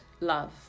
love